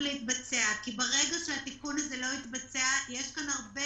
להתבצע כי ברגע שהתיקון הזה לא יתבצע יש כאן הרבה